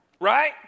Right